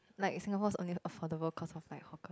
like Singapore is only affordable cause of like hawker